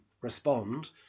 respond